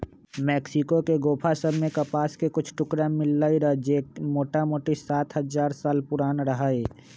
Mexico के गोफा सभ में कपास के कुछ टुकरा मिललइ र जे मोटामोटी सात हजार साल पुरान रहै